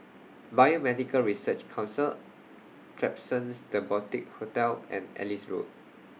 Biomedical Research Council Klapsons The Boutique Hotel and Ellis Road